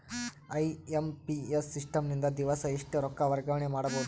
IMPS system ನಿಂದ ದಿವಸಾ ಎಷ್ಟ ರೊಕ್ಕ ವರ್ಗಾವಣೆ ಮಾಡಬಹುದು?